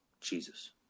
Jesus